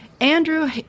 Andrew